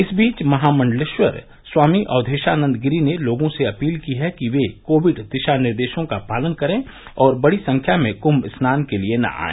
इस बीच महामंडलेश्वर स्वामी अक्वेशानद गिरी ने लोगों से अपील की है कि वे कोविड दिशानिर्देशों का पालन करें और बड़ी संख्या में कुंभ स्नान के लिए न आए